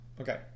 Okay